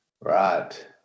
Right